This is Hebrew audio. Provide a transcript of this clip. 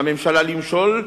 לממשלה למשול,